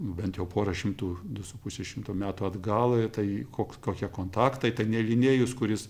bent jau porą šimtų du su puse šimto metų atgal tai koks kokie kontaktai ten ne linėjus kuris